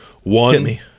One